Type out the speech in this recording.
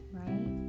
right